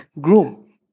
groom